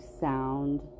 sound